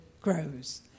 grows